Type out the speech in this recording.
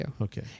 Okay